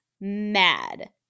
mad